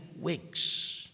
weeks